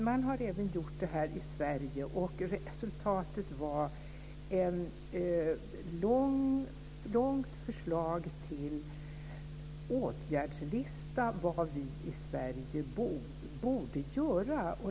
Man har även gjort det här i Sverige, och resultatet var ett långt förslag med en åtgärdslista om vad vi i Sverige borde göra.